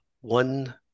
one